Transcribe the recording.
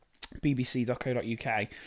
bbc.co.uk